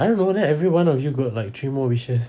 I don't know then everyone of you got like three more wishes